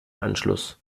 anschluss